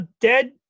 dead